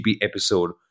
episode